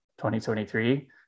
2023